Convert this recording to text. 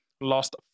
lost